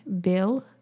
Bill